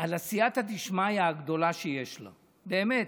על הסייעתא דשמיא הגדולה שיש לה, באמת.